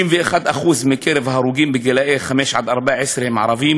61% מקרב ההרוגים גילאי חמש עד 14 הם ערבים